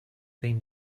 been